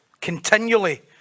continually